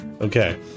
Okay